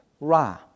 Ra